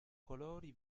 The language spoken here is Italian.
colori